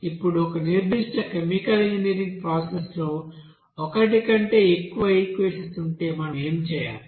ఇప్పుడు ఒక నిర్దిష్ట కెమికల్ ఇంజనీరింగ్ ప్రాసెస్ లో ఒకటి కంటే ఎక్కువ ఈక్వెషన్స్ ఉంటే మనం ఏమి చేయాలి